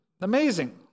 amazing